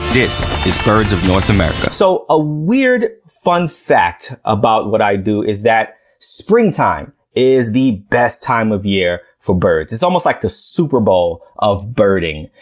this is birds of north america. so, a weird fun fact about what i do is that springtime is the best time of year for birds. it's almost like the super bowl of birding.